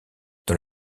dans